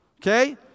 Okay